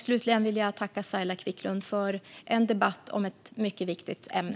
Slutligen vill jag tacka Saila Quicklund för en debatt om ett mycket viktigt ämne.